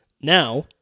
Now